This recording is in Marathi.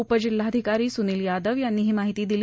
उपजिल्हाधिकारी सुनील यादव यांनी ही माहिती दिली